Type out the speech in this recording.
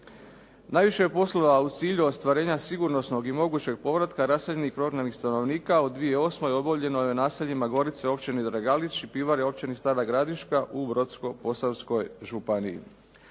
Najviše poslova je u cilju ostvarenja sigurnosnog i mogućeg povratka raseljenih i prognanih stanovnika u 2008. obavljeno je u naseljima Gorice općine Dragalić i Pivare u općini Stara Gradiška u Brodsko-posavskoj županiji.